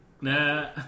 Nah